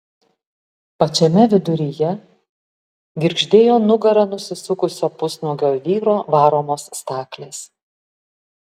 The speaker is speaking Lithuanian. pačiame viduryje girgždėjo nugara nusisukusio pusnuogio vyro varomos staklės